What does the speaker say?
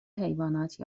حیوانات